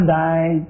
die